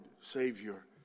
Savior